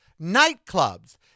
nightclubs